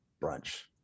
brunch